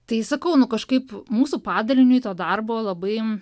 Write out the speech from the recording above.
tai sakau nu kažkaip mūsų padaliniui to darbo labai